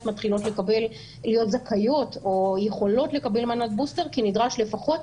מתחילות להיות זכאיות או יכולות לקבל מנת בוסטר כי נדרשים לפחות